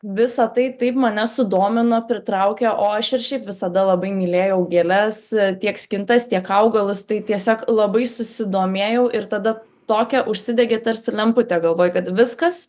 visa tai taip mane sudomino pritraukė o aš ir šiaip visada labai mylėjau gėles tiek skintas tiek augalus tai tiesiog labai susidomėjau ir tada tokia užsidegė tarsi lemputė galvoj kad viskas